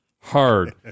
hard